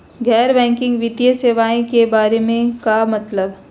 गैर बैंकिंग वित्तीय सेवाए के बारे का मतलब?